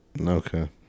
Okay